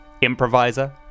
improviser